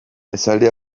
esaldi